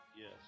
Yes